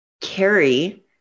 carry